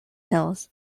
hills